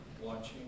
watching